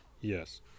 Yes